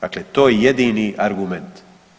Dakle, to je jedini argument.